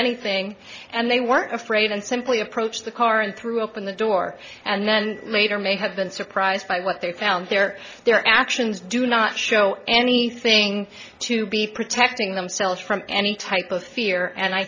anything and they were afraid and simply approached the car and threw open the door and then later may have been surprised by what they found there their actions do not show anything to be protecting themselves from any type of fear and i